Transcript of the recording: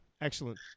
Excellent